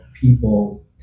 people